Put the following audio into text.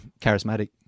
charismatic